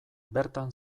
bertan